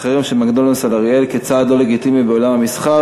החרם של "מקדונלד'ס" על אריאל כצעד לא לגיטימי בעולם המסחר,